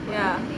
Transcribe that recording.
ya